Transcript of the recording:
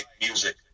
music